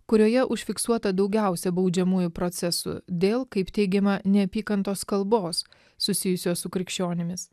kurioje užfiksuota daugiausia baudžiamųjų procesų dėl kaip teigiama neapykantos kalbos susijusios su krikščionimis